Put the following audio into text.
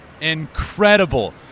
incredible